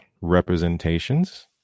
representations